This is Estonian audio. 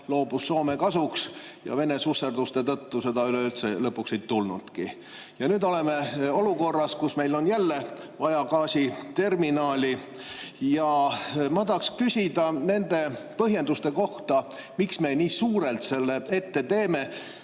loobus Soome kasuks. Vene susserduste tõttu seda üleüldse lõpuks ei tulnudki. Nüüd oleme olukorras, kus meil on jälle vaja gaasiterminali. Ma tahaksin küsida nende põhjenduste kohta, miks me nii suurelt selle ette võtame